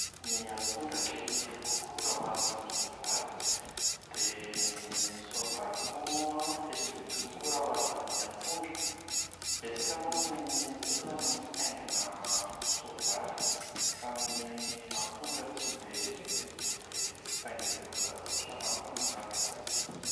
Ny ampondra kelikely kokoa raha oharina amin’ny soavaly. Dia ny soavaly koa moa an, fetsifetsy kokoa raha oharina amin’ny ampondra. Betsaka moa ny olona no mitaingana soavaly fa ny ampondra tsy dia tsy dia fitaingin’ny olona loatra raha ny fahafantarako azy.